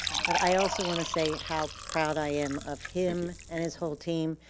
but i also wanna say how proud i am of him and his whole team.